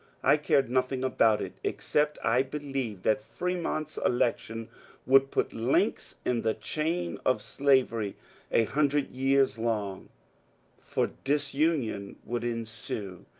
i care nothing about it, except i believe that fremont's election would put links in the chain of slavery a hundred years long for disunion would ensue,